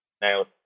now